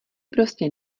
prostě